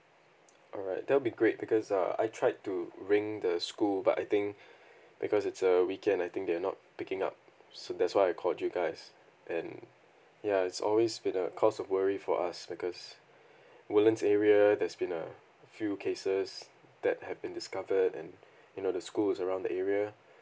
alright that'll be great because uh I tried to ring the school but I think because it's a weekend I think they're not picking up so that's why I called you guys and ya it's always been a cause of worry for us because woodlands area there's been a few cases that had been discovered and you know the schools around the area